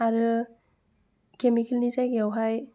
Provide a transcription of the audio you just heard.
आरो केमिकेलनि जायगायावहाय